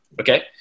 okay